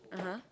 (uh huh)